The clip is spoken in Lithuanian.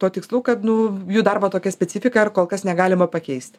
tuo tikslu kad nu jų darbo tokia specifika ir kol kas negalima pakeist